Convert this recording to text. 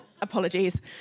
Apologies